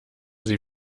sie